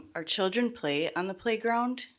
our children play on the playground,